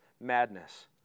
madness